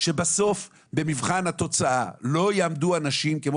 שבסוף במבחן התוצאה לא יעמדו אנשים כמו